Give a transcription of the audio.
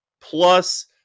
plus